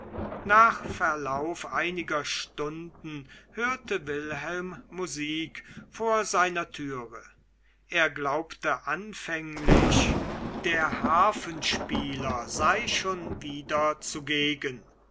nach verlauf einiger stunden hörte wilhelm musik vor seiner türe er glaubte anfänglich der harfenspieler sei schon wieder zugegen